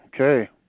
okay